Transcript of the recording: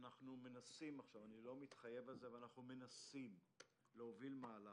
אנחנו מנסים עכשיו אני לא מתחייב על זה להוביל מהלך,